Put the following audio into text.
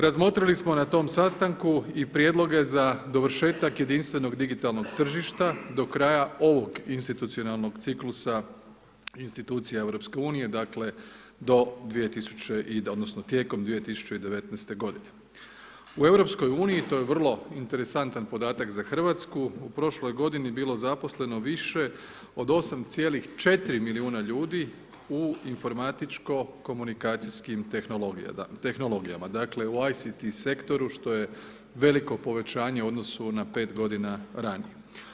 Razmotrili smo na tom sastanku i prijedloge za dovršetak jedinstvenog digitalnog tržišta, do kraja ovog institucionalnog ciklusa, institucije EU, dakle, do, odnosno, tijekom 2019. g. U EU to je vrlo interesantan podatak za Hrvatsku, u prošloj g. je bilo zaposleno više od 8,4 milijuna ljudi u informatičko komunikacijskog tehnologijama, dakle u ICT sektoru što je veliko povećanje, u odnosu na 5 g. ranije.